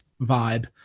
vibe